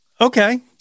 okay